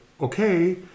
okay